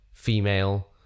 female